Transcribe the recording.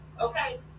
Okay